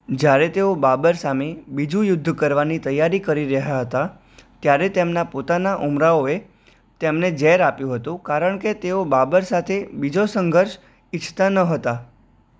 જ્યારે તેઓ બાબર સામે બીજું યુદ્ધ કરવાની તૈયારી કરી રહ્યા હતા ત્યારે તેમના પોતાના ઉમરાવોએ તેમને ઝેર આપ્યું હતું કારણકે તેઓ બાબર સાથે બીજો સંઘર્ષ ઇચ્છતા ન હતા